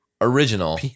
original